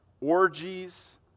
orgies